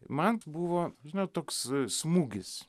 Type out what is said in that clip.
man buvo žinot toks smūgis